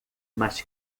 mas